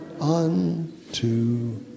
unto